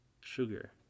sugar